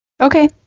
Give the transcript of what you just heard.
Okay